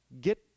get